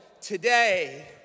today